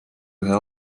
ühe